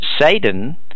Satan